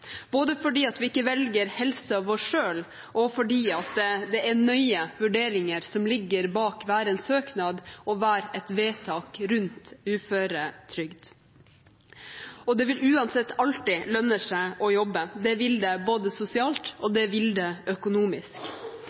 Vi velger ikke helsa vår selv, og det er nøye vurderinger som ligger bak enhver søknad og ethvert vedtak rundt uføretrygd. Og det vil uansett alltid lønne seg å jobbe – det vil det både sosialt og økonomisk. Vi vet at uførhet rammer skjevt. Vi vet at det